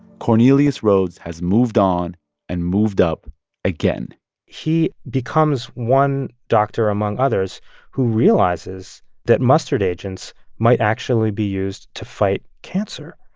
cornelius rhoads has moved on and moved up again he becomes one doctor among others who realizes that mustard agents might actually be used to fight cancer.